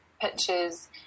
pictures